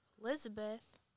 Elizabeth